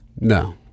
No